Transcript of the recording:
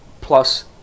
plus